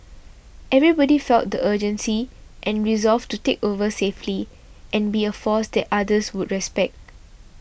everybody felt the urgency and resolve to take over safely and be a force that others would respect